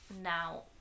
now